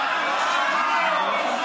לא שמענו.